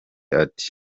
ati